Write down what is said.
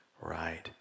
right